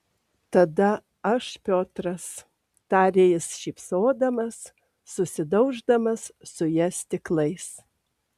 tada aš piotras tarė jis šypsodamas susidauždamas su ja stiklais